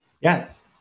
Yes